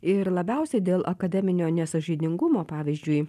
ir labiausiai dėl akademinio nesąžiningumo pavyzdžiui